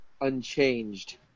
Unchanged